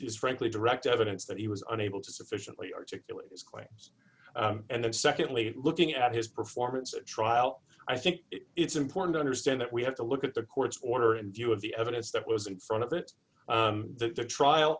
just frankly direct evidence that he was unable to sufficiently articulate his claims and then secondly looking at his performance at trial i think it's important to understand that we have to look at the court's order in view of the evidence that was in front of that the trial